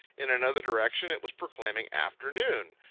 in another direction it was proclaiming afternoon.